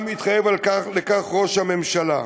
גם התחייב לכך ראש הממשלה.